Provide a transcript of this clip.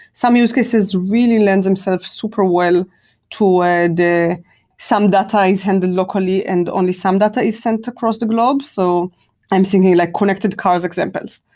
some use cases really lends themselves super well toward some some data is handled locally and only some data is sent across the globe. so i'm thinking like connected cars examples.